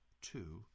two